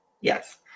yes